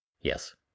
Yes